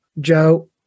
Joe